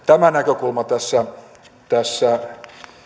tämä näkökulma tässä tässä